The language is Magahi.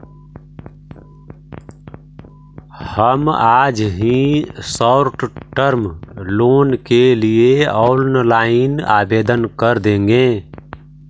हम आज ही शॉर्ट टर्म लोन के लिए ऑनलाइन आवेदन कर देंगे